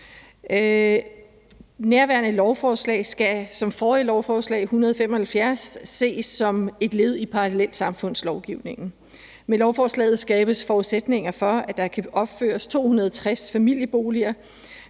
Nærværende lovforslag skal som forrige lovforslag, L 175, ses som et led i parallelsamfundslovgivningen. Med lovforslaget skabes forudsætninger for, at der kan opføres 260 familieboliger.